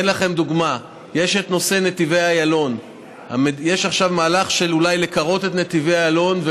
אתן לכם דוגמה: יש את נושא נתיבי איילון.